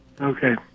Okay